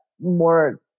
more